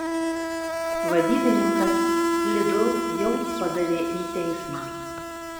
vadybininkas lidl jau padavė į teismą